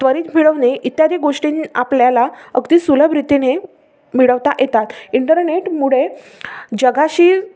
त्वरित मिळवणे इत्यादी गोष्टी आपल्याला अगदी सुलभरीतीने मिळवता येतात इंटरनेटमुळे जगाशी